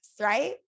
right